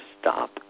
stop